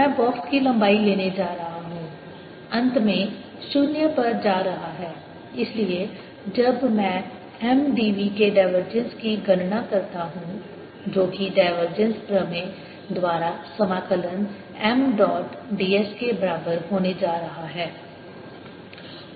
मैं बॉक्स की लंबाई लेने जा रहा हूं अंत में 0 पर जा रहा है इसलिए जब मैं M dv के डाइवर्जेंस की गणना करता हूं जो कि डाइवर्जेंस प्रमेय द्वारा समाकलन M डॉट ds के बराबर होने जा रहा है